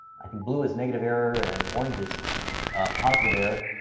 i think blue is negative error and orange is positive error.